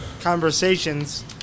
conversations